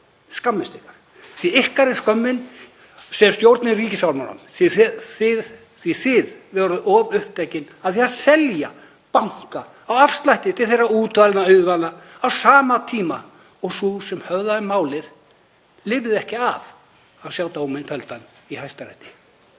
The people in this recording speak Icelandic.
Skammist ykkar því að ykkar er skömmin sem stjórnið ríkisfjármálunum, því að þið voruð of upptekin af því að selja banka á afslætti til útvalinna auðmanna á sama tíma og sú sem höfðaði málið lifði ekki af að sjá dóminn felldan í Hæstarétti.